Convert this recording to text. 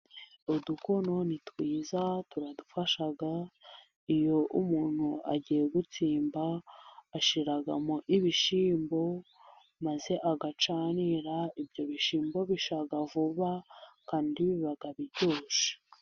Udukono ni twiza turadufasha, iyo umuntu agiye gutsimba ashyiramo ibishimbo maze agacanira, ibyo bishyimbo bishya vuba kandi biba biryoshye.